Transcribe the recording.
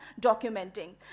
documenting